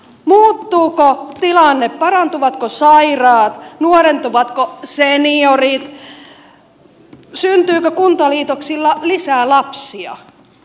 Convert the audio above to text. muuttuuko tilanne parantuvatko sairaat nuorentuvatko seniorit syntyykö kuntaliitoksilla lisää lapsia